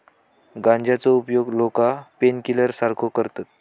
गांजाचो उपयोग लोका पेनकिलर सारखो करतत